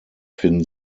finden